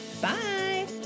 Bye